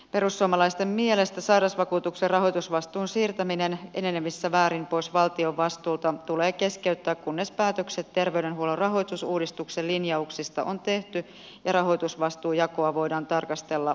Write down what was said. perussuomalaisten mielestä sairausvakuutuksen rahoitusvastuun siirtäminen enenevässä määrin pois valtion vastuulta tulee keskeyttää kunnes päätökset terveydenhuollon rahoitusuudistuksen linjauksista on tehty ja rahoitusvastuujakoa voidaan tarkastella kokonaisuutena